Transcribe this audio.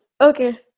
Okay